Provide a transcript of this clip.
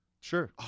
Sure